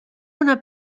una